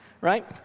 right